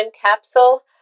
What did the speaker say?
Capsule